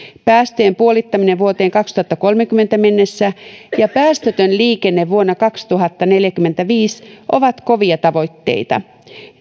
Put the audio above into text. päästöjen puolittaminen vuoteen kaksituhattakolmekymmentä mennessä ja päästötön liikenne vuonna kaksituhattaneljäkymmentäviisi ovat kovia tavoitteita